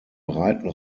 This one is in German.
breiten